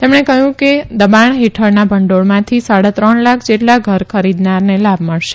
તેમણે કહ્યું કે દબાણ હેઠળના ભંડોળમાંથી સાડા ત્રણ લાખ જેટલા ઘર ખરીદનારને લાભ મળશે